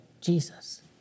Jesus